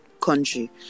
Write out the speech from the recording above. country